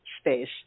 space